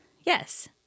Yes